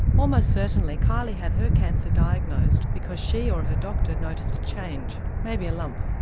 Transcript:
almost certainly kylie had her cancer diagnosed because she or her doctor noticed a change, maybe a lump.